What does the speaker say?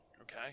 okay